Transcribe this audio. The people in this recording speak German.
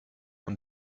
und